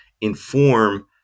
inform